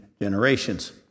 generations